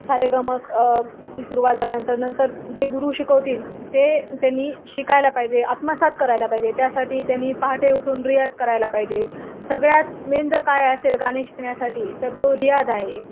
सारेगम ची सुरुवात झाल्यानंतर नंतर जे गुरु शिकवतील ते त्यांनी शिकायला पाहिजे आत्मसात करायला पाहिजे त्यासाठी त्यांनी पहाटे उठून रियाज करायला पाहिजे सगळ्यात मेन जर काय असेल गाणे शिकण्यासाठी तर तो रियाज आहे